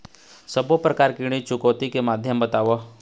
सब्बो प्रकार ऋण चुकौती के माध्यम बताव?